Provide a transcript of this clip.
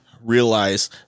realize